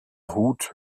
hut